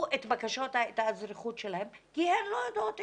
את האזרחות שלהן כי הן לא יודעות עברית.